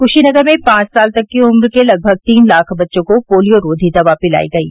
क्शीनगर में पांच साल तक की उम्र के लगभग तीन लाख बच्चों को पोलियोरोधी दवा पिलायी गयी